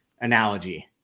analogy